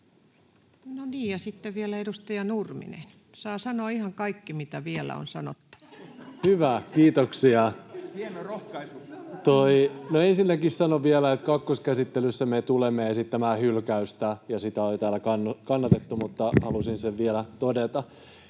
No niin. — Ja sitten vielä edustaja Nurminen. Saa sanoa ihan kaikki, mitä vielä on sanottavaa. Hyvä, kiitoksia! [Aki Lindén: Hieno rohkaisu!] No, ensinnäkin sanon vielä, että kakkoskäsittelyssä me tulemme esittämään hylkäystä, ja sitä on jo täällä kannatettu, mutta halusin sen vielä todeta.